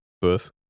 boof